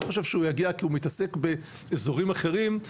חושב שהוא יגיע כי הוא מתעסק באזורים אחרים,